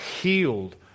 Healed